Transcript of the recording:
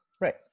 right